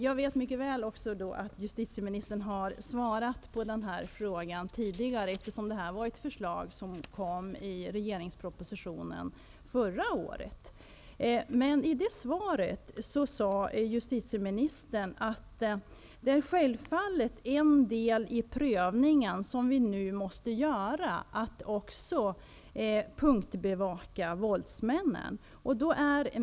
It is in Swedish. Jag vet mycket väl att justitieministern tidigare har svarat på den här frågan, eftersom det här förslaget fanns med i propositionen förra året. Justitieministern svarade då att en del i prövningen som självfallet måste göras är att också punktbevaka våldsmännen.